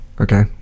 Okay